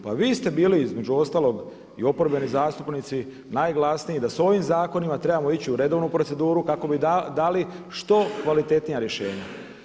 Pa vi ste bili između ostalog i oporbeni zastupnici najglasniji, da sa ovim zakonima trebamo ići u redovnu proceduru kako bi dali što kvalitetnija rješenja.